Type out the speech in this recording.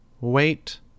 Wait